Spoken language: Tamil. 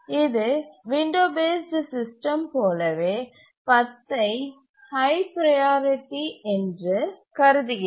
இது விண்டோ பேஸ்டு சிஸ்டம் போலவே 10ஐ ஹய் ப்ரையாரிட்டி என்று கருதுகிறது